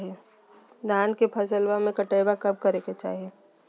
धान के फसलवा के कटाईया कब करे के चाही?